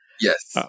Yes